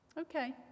okay